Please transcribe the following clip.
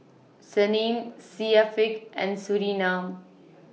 Senin Syafiq and Surinam